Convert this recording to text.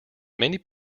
many